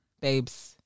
babes